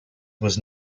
was